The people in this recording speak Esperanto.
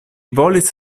volis